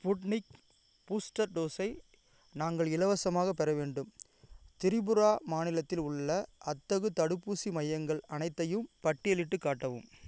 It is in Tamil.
ஸ்புட்னிக் பூஸ்டர் டோஸை நாங்கள் இலவசமாகப் பெற வேண்டும் திரிபுரா மாநிலத்தில் உள்ள அத்தகு தடுப்பூசி மையங்கள் அனைத்தையும் பட்டியலிட்டுக் காட்டவும்